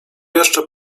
jeszcze